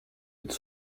êtes